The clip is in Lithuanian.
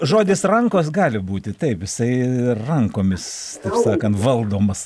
žodis rankos gali būti taip jisai rankomis taip sakant valdomas